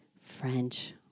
French